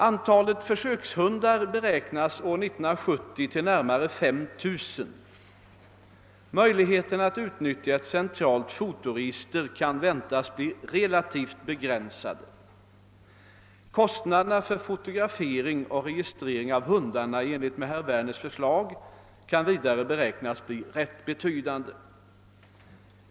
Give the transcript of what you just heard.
Antalet försökshundar beräknas år 1970 till närmare 5 000. Möjligheterna att utnyttja ett centralt fotoregister kan väntas bli relativt begränsade. Kostnaderna för fotografering och registrering av hundarna i enlighet med herr Werners förslag kan vidare beräknas bli rätt betydande.